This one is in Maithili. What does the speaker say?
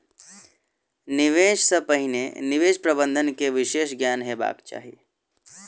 निवेश सॅ पहिने निवेश प्रबंधन के विशेष ज्ञान हेबाक चाही